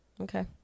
okay